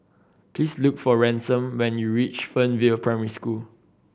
please look for Ransom when you reach Fernvale Primary School